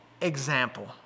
example